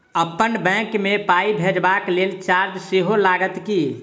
अप्पन बैंक मे पाई भेजबाक लेल चार्ज सेहो लागत की?